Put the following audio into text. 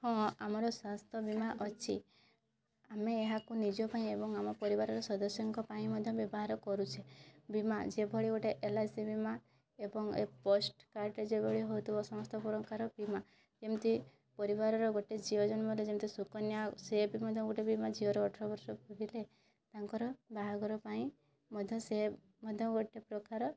ହଁ ଆମର ସ୍ୱାସ୍ଥ୍ୟ ବୀମା ଅଛି ଆମେ ଏହାକୁ ନିଜପାଇଁ ଏବଂ ଆମ ପରିବାରର ସଦସ୍ୟଙ୍କ ପାଇଁ ମଧ୍ୟ ବ୍ୟବହାର କରୁଛେ ବୀମା ଯେଭଳି ଗୋଟେ ଏଲ୍ ଆଇ ସି ବୀମା ଏବଂ ପୋଷ୍ଟକାର୍ଡ଼୍ ରେ ଯେଭଳି ହେଉଥିବ ସମସ୍ତ ପ୍ରକାର ବୀମା ଯେମିତି ପରିବାରର ଗୋଟେ ଝିଅ ଜନ୍ମରେ ଯେମିତି ସୁକନ୍ୟା ସେ ବି ମଧ୍ୟ ଗୋଟେ ବୀମା ଝିଅର ଅଠର ବର୍ଷ ପୁରିଲେ ତାଙ୍କର ବାହାଘର ପାଇଁ ମଧ୍ୟ ସେ ମଧ୍ୟ ଗୋଟେ ପ୍ରକାର